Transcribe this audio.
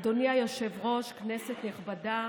אדוני היושב-ראש, כנסת נכבדה,